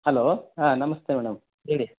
hello ಹಾಂ ನಮಸ್ತೆ madam ಹೇಳಿ